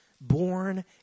born